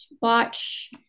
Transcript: watch